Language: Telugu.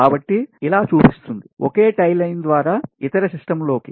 కాబట్టి ఇలా చూపిస్తుంది ఒకే tie line ద్వారా ఇతర సిస్టమ్ లోకి